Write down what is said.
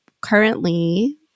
currently